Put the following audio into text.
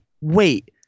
wait